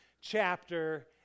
chapter